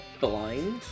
blind